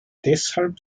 deshalb